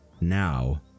now